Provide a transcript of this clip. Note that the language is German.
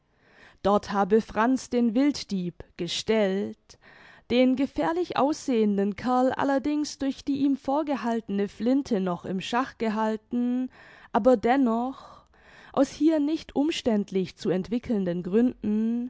dort habe franz den wilddieb gestellt den gefährlich aussehenden kerl allerdings durch die ihm vorgehaltene flinte noch im schach gehalten aber dennoch aus hier nicht umständlich zu entwickelnden gründen